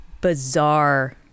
bizarre